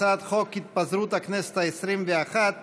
הצעת חוק התפזרות הכנסת העשרים-ואחת,